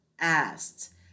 asked